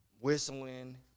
whistling